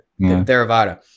Theravada